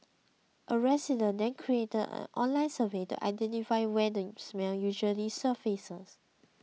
a resident then created an online survey to identify when the smell usually surfaces